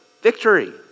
victory